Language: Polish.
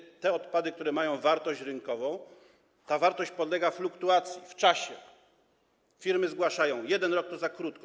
Chodzi o te odpady, które mają wartość rynkową, ta wartość podlega fluktuacji w czasie, firmy zgłaszają: 1 rok to za krótko.